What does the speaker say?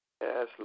Yes